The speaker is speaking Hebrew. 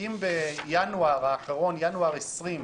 בינואר האחרון, בינואר 2020,